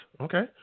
okay